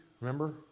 remember